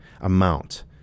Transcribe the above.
amount